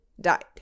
died